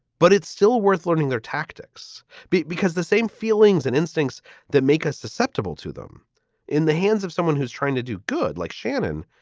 but it's still worth learning their tactics. but because the same feelings and instincts that make us susceptible to them in the hands of someone who's trying to do good like shannon.